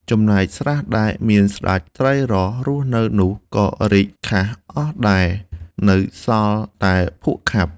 ចំណែកស្រះ ដែលមានស្តេចត្រីរ៉ស់រស់នៅនោះ ក៏រីងខះអស់ដែរ នៅសល់តែភក់ខាប់។